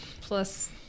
plus